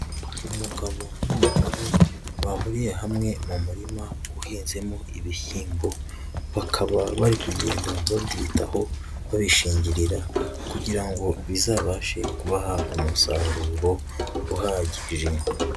Umugabo n'umugore bahuriye hamwe mu murima uhinzemo ibishyimbo, bakaba bari kugenda babyitaho babishingirira kugira ngo bizabashe kubaha umusaruro uhagije.